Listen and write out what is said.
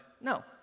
No